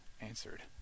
answered